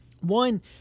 One